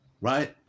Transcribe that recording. right